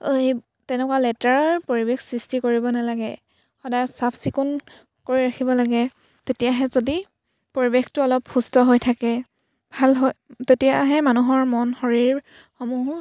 এই তেনেকুৱা লেতেৰাৰ পৰিৱেশ সৃষ্টি কৰিব নালাগে সদায় চাফ চিকুণ কৰি ৰাখিব লাগে তেতিয়াহে যদি পৰিৱেশটো অলপ সুস্থ হৈ থাকে ভাল হয় তেতিয়াহে মানুহৰ মন শৰীৰসমূহো